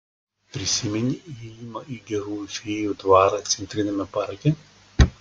prisimeni įėjimą į gerųjų fėjų dvarą centriniame parke